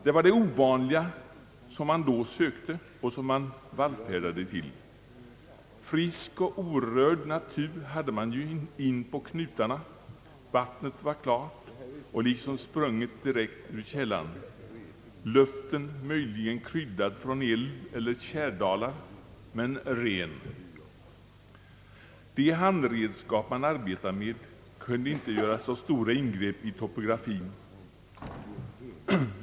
Det var det ovanliga man då sökte och vallfärdade till — frisk och orörd natur hade man ju inpå knutarna, vattnet var klart och liksom sprunget direkt ur källan, luften möjligen kryddad från eld eller tjärdalar, men ren. De handredskap man arbetade med kunde inte göra så stora ingrepp i topografin.